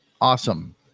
Awesome